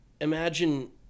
imagine